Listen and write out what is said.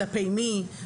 כלפי מי,